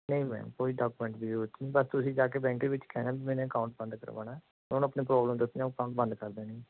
ਨਹੀ ਮੈਮ ਕੋਈ ਡਾਕੂਮੈਂਟ ਦੀ ਜ਼ਰੂਰਤ ਨਹੀ ਬਸ ਤੁਸੀਂ ਜਾ ਕੇ ਬੈਂਕ ਵਿੱਚ ਕਹਿਣਾ ਵੀ ਮੈਨੇ ਅਕਾਊਂਟ ਬੰਦ ਕਰਵਾਉਣਾ ਅਤੇ ਉਹਨੂੰ ਆਪਣੀ ਪ੍ਰੋਬਲਮ ਦੱਸਣੀ ਉਹ ਅਕਾਊਂਟ ਬੰਦ ਕਰ ਦੇਣਗੇ